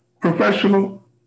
professional